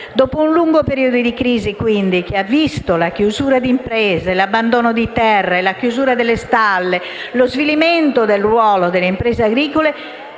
Dopo un lungo periodo di crisi, quindi, che ha visto la chiusura di imprese, l'abbandono di terre, la chiusura delle stalle, lo svilimento del ruolo delle imprese agricole,